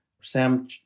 Sam